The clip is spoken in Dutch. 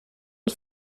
het